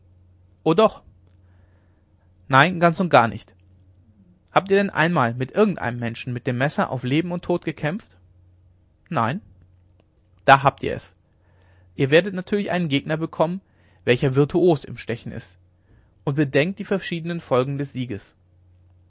o doch nein ganz und gar nicht habt ihr denn einmal mit irgend einem menschen mit dem messer auf leben und tod gekämpft nein da habt ihr es ihr werdet natürlich einen gegner bekommen welcher virtuos im stechen ist und bedenkt die verschiedenen folgen des sieges